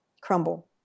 crumble